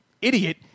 idiot